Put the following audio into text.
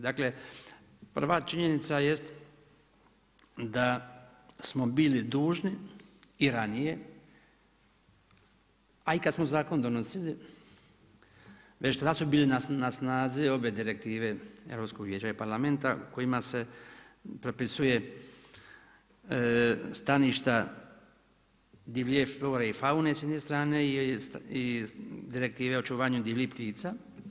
Dakle, prva činjenica jest da smo bili dužni i ranije a i kada smo zakon donosili, već tada su bile na snazi obje direktive Europskog Vijeća i Parlamenta kojima se propisuje staništa divlje flore i faune s jedne strane i Direktive o očuvanju divljih ptica.